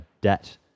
debt